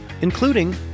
including